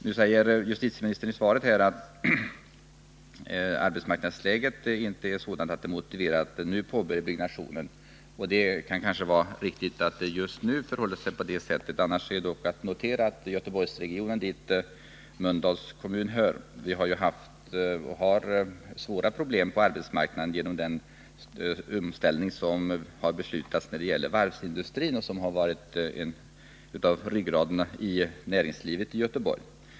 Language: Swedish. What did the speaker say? Nu säger justitieministern i svaret att arbetsmarknadsläget inte är sådant att det motiverar att man nu påbörjar byggnationen. Det kan vara riktigt att det just nu förhåller sig på det sättet. Annars är dock att notera att Göteborgsregionen, dit Mölndals kommun hör, har haft och har svåra problem på arbetsmarknaden genom den omställning av varvsindustrin som har beslutats. Varvsindustrin har ju varit ryggraden i näringslivet i Göteborg.